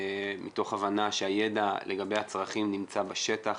מתוך הבנה שהידע לגבי הצרכים נמצא בשטח.